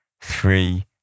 three